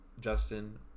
Justin